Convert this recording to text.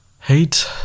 hate